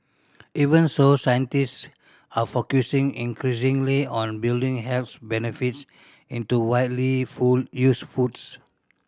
even so scientist are focusing increasingly on building health benefits into widely used foods